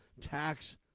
tax